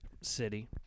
city